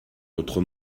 notre